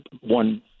one